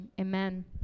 Amen